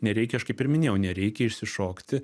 nereikia aš kaip ir minėjau nereikia išsišokti